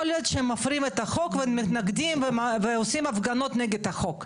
להיות שמפרים את החוק ומתנגדים ועושים הפגנות נגד החוק,